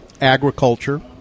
Agriculture